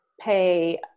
pay